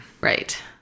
Right